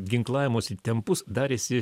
ginklavimosi tempus darėsi